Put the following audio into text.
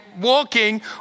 walking